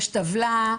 יש טבלה,